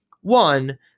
One